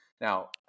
Now